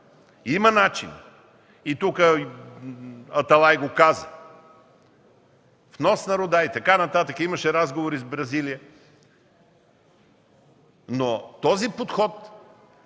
Има начин и Аталай го каза – внос на руда и така нататък, имаше разговори с Бразилия. Но този подход